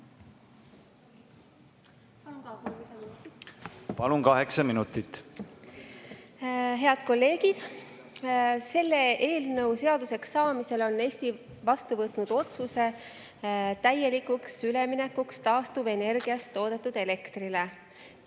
Palun! Kaheksa minutit.